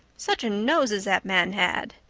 such a nose as that man had!